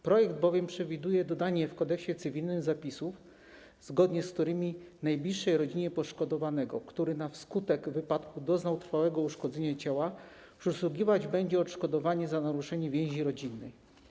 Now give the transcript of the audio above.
Projekt bowiem przewiduje dodanie w Kodeksie cywilnym zapisów, zgodnie z którymi najbliższej rodzinie poszkodowanego, który wskutek wypadku doznał trwałego uszkodzenia ciała, przysługiwać będzie odszkodowanie za naruszenie więzi rodzinnej.